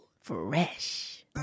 Fresh